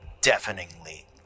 deafeningly